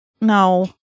No